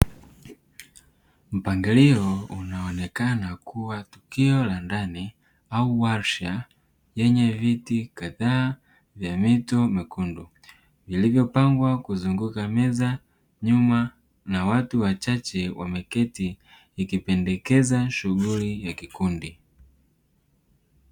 Mpangilio unaoonekana kuwa tukio la ndani au warsha, yenye viti kadhaa vya mito myekundu, vilivyopangwa kuzunguka meza nyuma, na watu wachache wameketi, ikipendekeza shughuli ya kikundi.